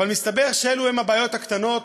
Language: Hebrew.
אבל מסתבר שאלו הן הבעיות הקטנות.